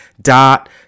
dot